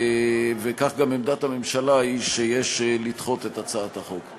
וכך גם עמדת הממשלה, היא שיש לדחות את הצעת החוק.